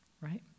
right